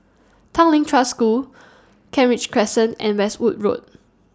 Tanglin Trust School Kent Ridge Crescent and Westwood Road